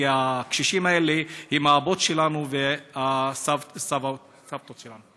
כי הקשישים האלה הם האבות שלנו והסבים והסבתות שלנו.